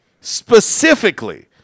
Specifically